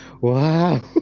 Wow